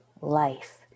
life